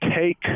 take